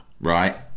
right